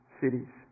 cities